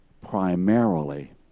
primarily